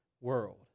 world